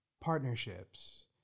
partnerships